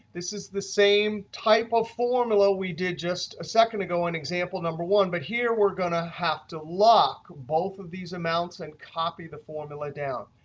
this is the same type of formula we did just a second ago in example number one. but here we're going to have to lock both of these amounts and copy the formula down.